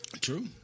True